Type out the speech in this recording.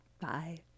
Bye